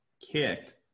kicked